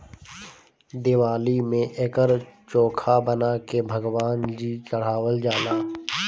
दिवाली में एकर चोखा बना के भगवान जी चढ़ावल जाला